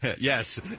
Yes